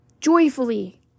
Joyfully